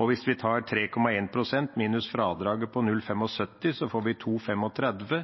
Og hvis vi tar 3,1 pst. minus fradraget på 0,75, får vi 2,35.